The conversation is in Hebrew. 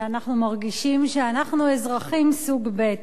ואנחנו מרגישים שאנחנו אזרחים סוג ב',